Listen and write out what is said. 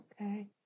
okay